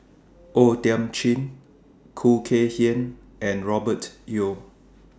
O Thiam Chin Khoo Kay Hian and Robert Yeo